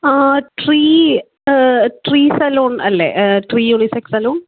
ആ tree tree salon അല്ലെ tree unisex salon